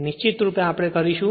નિશ્ચિતરૂપે આ રીતે કરીશું